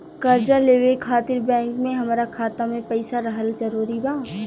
कर्जा लेवे खातिर बैंक मे हमरा खाता मे पईसा रहल जरूरी बा?